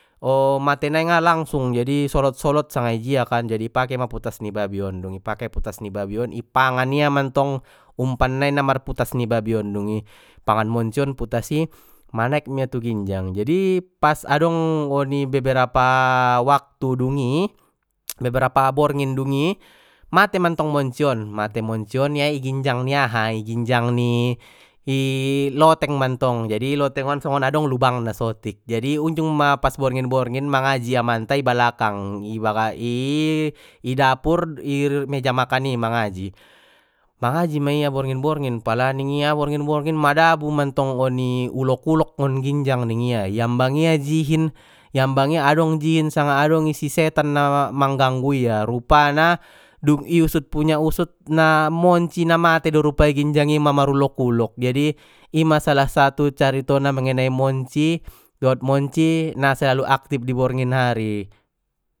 O mate nai nga langsung jadi solot solot sanga dijia kan jadi i pake ma putas ni babi on dung ipake putas ni babi on ipangan ia mantong umpan nai na marputas ni babi on dungi i pangan monci on putas i manaek mia tu ginjang jadi pas adong oni beberapa waktu dungi beberapa borngin dungi mate mantong monci on mate monci on ia i ginjang ni aha i ginjang ni loteng mantong jadi loteng on songon adong lubangna sotik jadi unjung ma pas borngin borngin mangaji amanta i balakang i dapur i meja makan i mangaji, mangaji ma ia borngin borngin pala ningia borngin borngin madabu mantong oni ulok ulok ngon ginjang ningia iambang ia jihin iambang ia adong jihin sanga adong isi setan na mangganggu ia rupana dung i usut punya usut na monci na mate do rupa i ginjang i mang mar ulok ulok jadi ima salah satu caritona mengenai monci dot monci na selalu aktif di borngin hari.